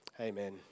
Amen